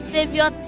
Savior